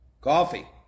coffee